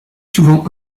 souvent